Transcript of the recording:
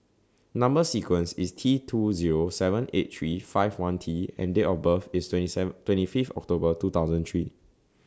Number sequence IS T two Zero seven eight three five one T and Date of birth IS twenty seven twenty Fifth October two thousand three